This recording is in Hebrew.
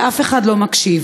ואף אחד לא מקשיב.